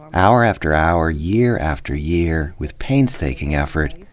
hour after hour, year after year, with painstaking effort,